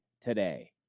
today